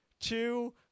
two